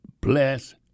bless